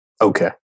Okay